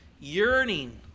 yearning